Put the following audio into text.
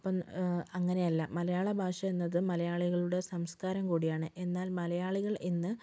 അപ്പോൾ അങ്ങനെയല്ല മലയാള ഭാഷ എന്നത് മലയാളികളുടെ സംസ്കാരം കൂടിയാണ് എന്നാൽ മലയാളികൾ ഇന്ന്